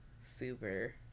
super